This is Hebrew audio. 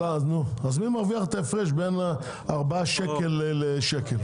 אז מי מרוויח את ההפרש בין 4 ₪ ל-1 ₪?